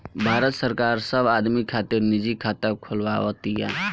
भारत सरकार सब आदमी खातिर निजी खाता खोलवाव तिया